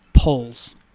Polls